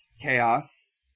chaos